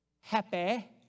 Happy